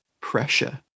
pressure